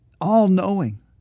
all-knowing